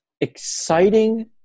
exciting